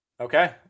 Okay